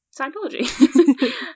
Scientology